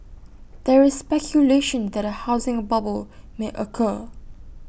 there is speculation that A housing bubble may occur